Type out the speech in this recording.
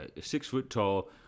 six-foot-tall